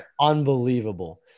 Unbelievable